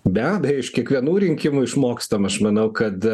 be abejo iš kiekvienų rinkimų išmokstam aš manau kad